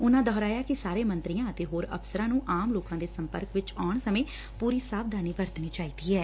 ਉਨੁਾਂ ਦੁਹਰਾਇਆ ਕਿ ਸਾਰੇ ਮੰਤਰੀਆਂ ਅਤੇ ਹੋਰ ਅਫ਼ਸਰਾਂ ਨੂੰ ਆਮ ਲੋਕਾਂ ਦੇ ਸੰਪਰਕ ਵਿਚ ਆਉਣ ਸਮੇਂ ਪੁਰੀ ਸਾਵਧਾਨੀ ਵਰਤਣੀ ਚਾਹੀਦੀ ਐ